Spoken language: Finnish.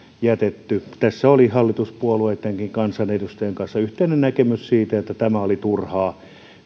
jätetty tässä oli hallituspuolueittenkin kansanedustajienkin kanssa yhteinen näkemys siitä että tämä oli turhaa